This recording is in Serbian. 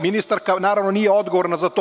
Ministarka naravno nije odgovorna za to.